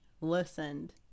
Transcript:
listened